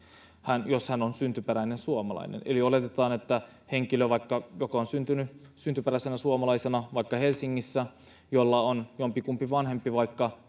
jos hän on syntyperäinen suomalainen eli oletetaan että jos on henkilö joka on syntynyt syntyperäisenä suomalaisena vaikka helsingissä jolla on jompikumpi vanhempi vaikka